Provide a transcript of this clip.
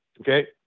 Okay